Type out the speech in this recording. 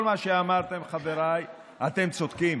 כל מה שאמרתם, חבריי, אתם צודקים,